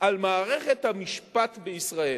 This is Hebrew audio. על מערכת המשפט בישראל.